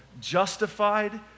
justified